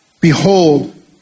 Behold